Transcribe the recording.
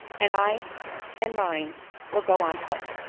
and i and mine will go on foot.